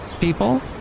people